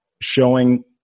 Showing